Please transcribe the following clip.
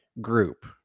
group